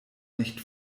nicht